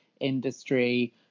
industry